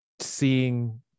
seeing